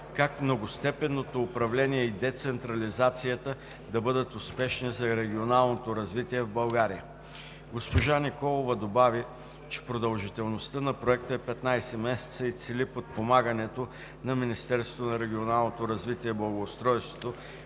как многостепенното управление и децентрализацията да бъдат успешни за регионалното развитие в България“. Госпожа Николова добави, че продължителността на Проекта е 15 месеца и цели подпомагането на Министерството